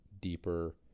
deeper